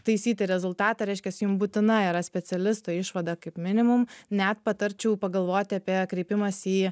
taisyti rezultatą reiškias jum būtina yra specialisto išvada kaip minimum net patarčiau pagalvoti apie kreipimąsi į